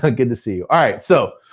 ah good to see you. alright, so